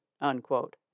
unquote